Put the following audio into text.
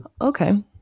okay